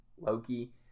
Loki